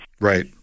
right